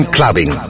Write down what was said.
Clubbing